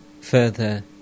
Further